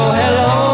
hello